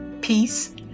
peace